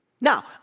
Now